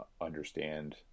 understand